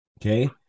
Okay